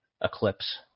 eclipse